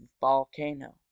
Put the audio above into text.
volcano